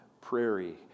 Prairie